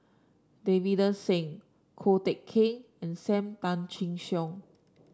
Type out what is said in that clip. Davinder Singh Ko Teck Kin and Sam Tan Chin Siong